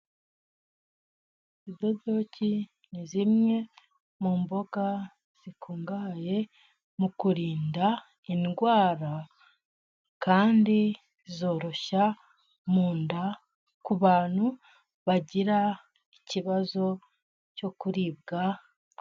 Ibidodoki ni zimwe mu mboga zikungahaye mu kurinda indwara, kandi zoroshya mu nda ku bantu bagira ikibazo cyo kuribwa.